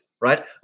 right